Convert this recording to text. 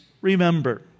remember